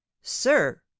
sir